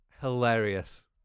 hilarious